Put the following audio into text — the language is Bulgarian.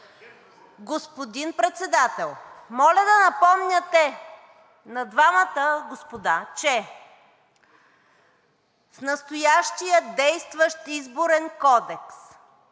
Господин Председател, моля да напомняте на двамата господа, че в настоящия действащ Изборен кодекс